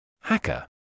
Hacker